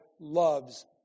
loves